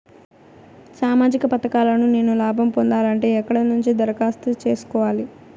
సామాజిక పథకాలను నేను లాభం పొందాలంటే ఎక్కడ నుంచి దరఖాస్తు సేసుకోవాలి?